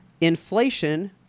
Inflation